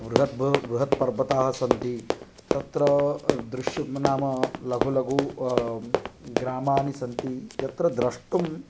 बृहत् बृहत् पर्वताः सन्ति तत्र दृश्शुब् नाम लघु लघु ग्रामानि सन्ति यत्र द्रष्टुं